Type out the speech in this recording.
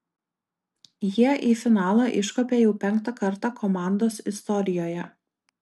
jie į finalą iškopė jau penktą kartą komandos istorijoje